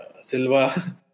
Silva